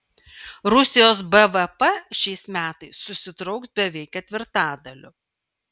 rusijos bvp šiais metais susitrauks beveik ketvirtadaliu